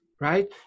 right